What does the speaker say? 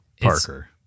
Parker